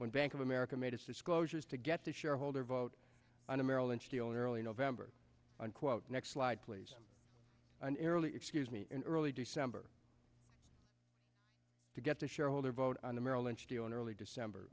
when bank of america made a cisco zhorzh to get the shareholder vote on a merrill lynch the own early november unquote next slide please an eerily excuse me in early december to get the shareholder vote on the merrill lynch deal on early december